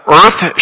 earth